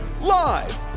Live